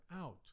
out